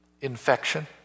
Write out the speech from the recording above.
Infection